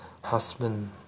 husband